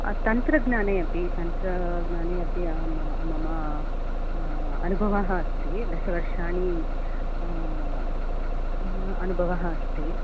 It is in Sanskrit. तन्त्रज्ञाने अपि तन्त्रज्ञाने अपि अहं मम अनुभवः अस्ति दशवर्षाणि अनुभवः अस्ति